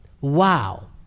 Wow